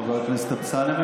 חבר הכנסת אמסלם,